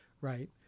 right